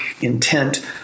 intent